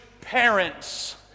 parents